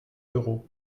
d’euros